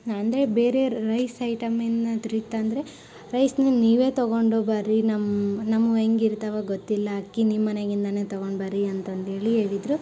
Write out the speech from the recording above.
ಅಂದರೆ ಬೇರೆ rice item ಏನಾದರೂ ಇತ್ತೆಂದರೆ ರೈಸ್ನ ನೀವೇ ತೊಗೊಂಡು ಬರ್ರಿ ನಮ್ಮ ನಮ್ಗೆ ಹೆಂಗೆ ಇರ್ತಾವೆ ಗೊತ್ತಿಲ್ಲ ಅಕ್ಕಿ ನಿಮ್ಮ ಮನೆಯಾಗಿಂದನೆ ತಗೊಂಡು ಬರ್ರಿ ಅಂತಂದೇಳಿ ಹೇಳಿದ್ರು